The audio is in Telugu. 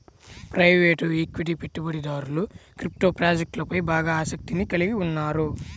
ప్రైవేట్ ఈక్విటీ పెట్టుబడిదారులు క్రిప్టో ప్రాజెక్ట్లపై బాగా ఆసక్తిని కలిగి ఉన్నారు